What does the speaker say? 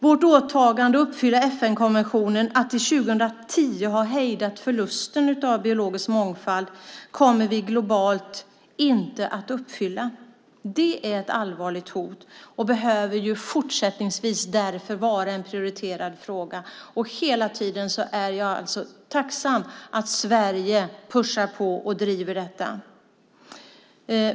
Vårt åtagande att till 2010 ha uppfyllt FN-konventionen om att hejda förlusten av biologisk mångfald kommer vi globalt inte att uppfylla. Det är ett allvarligt hot, och det behöver fortsättningsvis därför vara en prioriterad fråga. Jag är tacksam för att Sverige hela tiden pushar på och driver frågan.